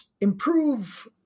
improve